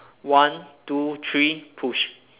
one two three push